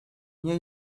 nie